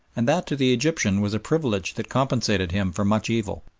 and that to the egyptian was a privilege that compensated him for much evil.